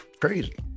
Crazy